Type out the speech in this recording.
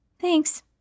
Thanks